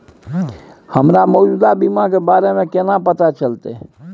हमरा मौजूदा बीमा के बारे में केना पता चलते?